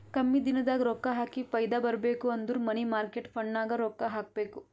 ಕಮ್ಮಿ ದಿನದಾಗ ರೊಕ್ಕಾ ಹಾಕಿ ಫೈದಾ ಬರ್ಬೇಕು ಅಂದುರ್ ಮನಿ ಮಾರ್ಕೇಟ್ ಫಂಡ್ನಾಗ್ ರೊಕ್ಕಾ ಹಾಕಬೇಕ್